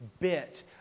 bit